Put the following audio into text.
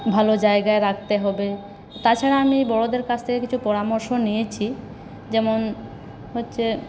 ভালো জায়গায় রাখতে হবে তাছাড়া আমি বড়োদের কাছ থেকে কিছু পরামর্শ নিয়েছি যেমন হচ্ছে